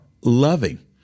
loving